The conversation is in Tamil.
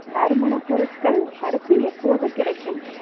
நறுமணப் பொருட்கள் அடுத்து எப்போது கிடைக்கும்